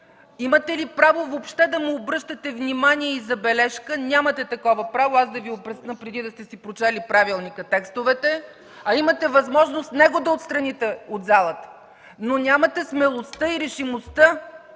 имате ли право въобще да му обръщате внимание и забележка? Нямате такова право, аз да Ви опресня, преди да сте си прочели текстовете от правилника, а имате възможност него да отстраните от залата, но нямате смелостта и решимостта